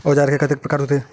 औजार के कतेक प्रकार होथे?